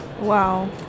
wow